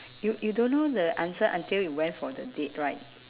you you don't know the answer until you went for the date right